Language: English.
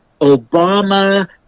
obama